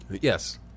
Yes